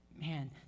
Man